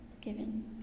given